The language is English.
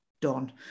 done